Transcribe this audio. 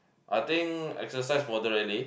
I think exercise moderately